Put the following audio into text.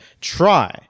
Try